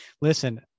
listen